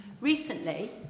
recently